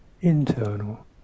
internal